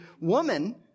Woman